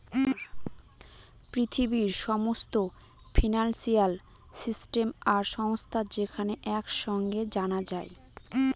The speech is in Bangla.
পৃথিবীর সমস্ত ফিনান্সিয়াল সিস্টেম আর সংস্থা যেখানে এক সাঙে জানা যায়